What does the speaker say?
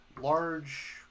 large